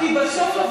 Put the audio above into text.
כי בסוף,